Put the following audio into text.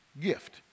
gift